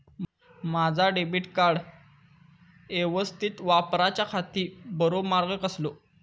माजा debit card यवस्तीत वापराच्याखाती बरो मार्ग कसलो?